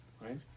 Right